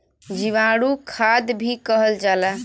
जीवाणु खाद भी कहल जाला